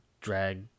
drag